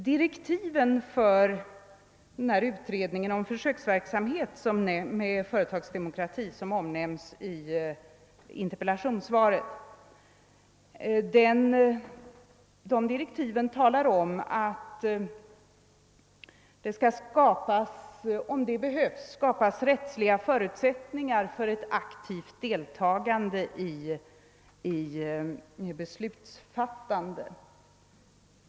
Direktiven för den utredning om försöksverksamhet med fördjupad företagsdemokrati inom statsförvaltningen som det talas om i svaret säger, att om det behövs skall det skapas rättsliga förutsättningar för ett aktivt deltagande i beslutsfattandet.